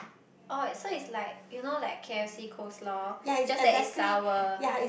orh so it's like you know like K_F_C coleslaw just that it's sour